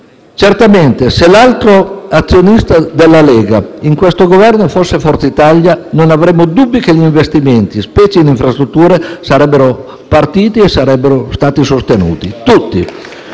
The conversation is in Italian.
Certamente, se l'altro azionista della Lega in questo Governo fosse Forza Italia, non avremmo dubbi che gli investimenti, specie in infrastrutture, sarebbero partiti e sarebbero stati sostenuti tutti.